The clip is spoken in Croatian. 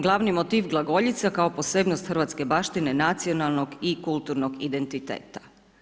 Glavni motiv glagoljica kao posebnost hrvatske baštine, nacionalnog i kulturnog identiteta.